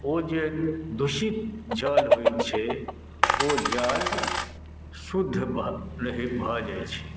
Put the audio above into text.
ओ जे दूषित जल होइ छै ओ जल शुद्ध भऽ रहै भऽ जाइ छै